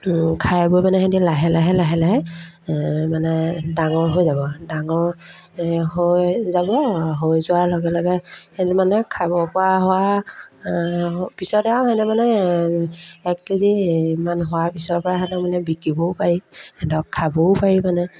খাই বৈ মানে সিহঁতি লাহে লাহে লাহে লাহে মানে ডাঙৰ হৈ যাব ডাঙৰ হৈ যাব হৈ যোৱাৰ লগে লগে সিহঁতি মানে খাবপৰা হোৱা পিছতে আৰু সিহঁতি মানে এক কে জি ইমান হোৱাৰ পিছৰপৰা সিহঁতক মানে বিকিবও পাৰি সিহঁতক খাবও পাৰি মানে